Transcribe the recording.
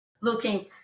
looking